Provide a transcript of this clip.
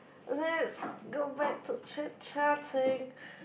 let's go back to chit chatting